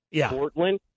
Portland